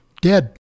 dead